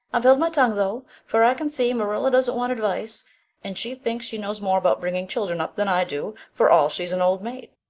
i've held my tongue though, for i can see marilla doesn't want advice and she thinks she knows more about bringing children up than i do for all she's an old maid.